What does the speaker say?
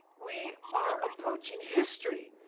we are approaching history.